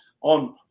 on